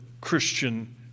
Christian